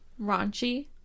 Raunchy